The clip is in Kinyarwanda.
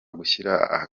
gushyira